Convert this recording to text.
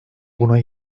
buna